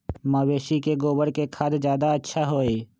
मवेसी के गोबर के खाद ज्यादा अच्छा होई?